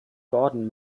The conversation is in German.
gordon